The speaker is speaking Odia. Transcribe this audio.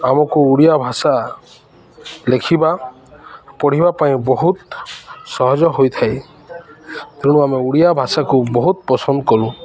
ଆମକୁ ଓଡ଼ିଆ ଭାଷା ଲେଖିବା ପଢ଼ିବା ପାଇଁ ବହୁତ ସହଜ ହୋଇଥାଏ ତେଣୁ ଆମେ ଓଡ଼ିଆ ଭାଷାକୁ ବହୁତ ପସନ୍ଦ କଲୁ